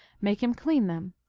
make him clean them.